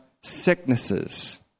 sicknesses